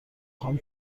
خوام